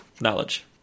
knowledge